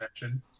mention